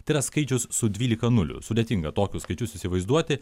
tai yra skaičius su dvylika nulių sudėtinga tokius skaičius įsivaizduoti